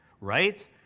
right